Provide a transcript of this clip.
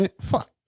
Fuck